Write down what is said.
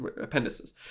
appendices